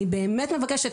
אני באמת מבקשת,